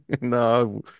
No